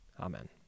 Amen